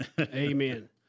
Amen